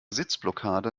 sitzblockade